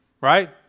right